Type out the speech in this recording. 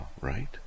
right